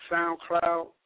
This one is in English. SoundCloud